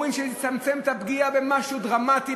אומרים שזה יצמצם את הפגיעה במשהו דרמטי,